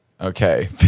Okay